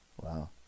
Wow